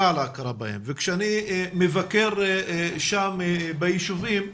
על ההכרה בהם וכשאני מבקר שם בישובים,